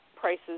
Prices